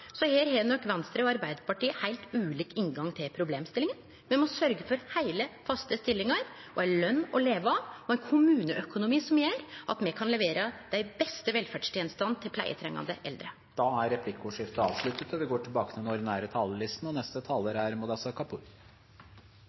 så her har nok Venstre og Arbeidarpartiet heilt ulik inngang til problemstillinga. Me må sørgje for heile, faste stillingar og ei løn å leve av, og ein kommuneøkonomi som gjer at me kan levere dei beste velferdstenestene til dei pleietrengande eldre. Replikkordskiftet er